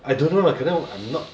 I don't know I cannot I'm not